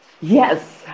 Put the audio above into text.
Yes